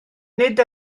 nid